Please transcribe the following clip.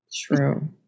True